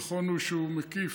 נכון הוא שהוא מקיף,